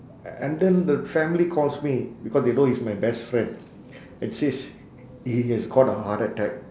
a~ and then the family calls me because they know he's my best friend and says he has got a heart attack